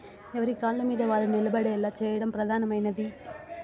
ఎవరి కాళ్ళమీద వాళ్ళు నిలబడేలా చేయడం ప్రధానమైనది